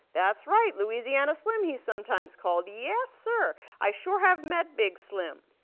that's right. louisiana slim he's sometimes called. yes, sir. i sure have met big slim.